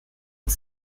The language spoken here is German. und